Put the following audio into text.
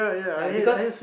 uh because